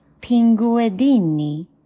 Pinguedini